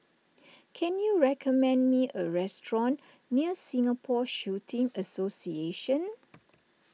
can you recommend me a restaurant near Singapore Shooting Association